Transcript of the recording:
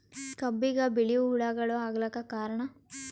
ಕಬ್ಬಿಗ ಬಿಳಿವು ಹುಳಾಗಳು ಆಗಲಕ್ಕ ಕಾರಣ?